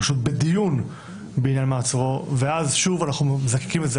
אבל אני חושב שהחוק הזה הוא חוק --- אני מזכיר שגם